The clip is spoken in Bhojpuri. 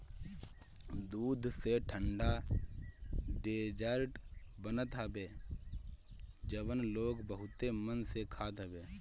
दूध से ठंडा डेजर्ट बनत हवे जवन लोग बहुते मन से खात हवे